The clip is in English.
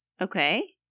Okay